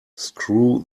screw